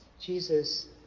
Jesus